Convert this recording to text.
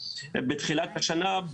בתחילת השנה,